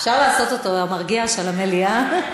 אפשר לעשות אותו המרגיע של המליאה?